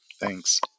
Thanks